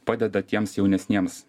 padeda tiems jaunesniems